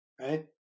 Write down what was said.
right